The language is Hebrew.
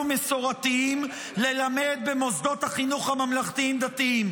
מסורתיים ללמד במוסדות החינוך הממלכתיים-דתיים,